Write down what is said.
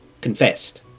Confessed